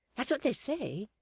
that's what they say.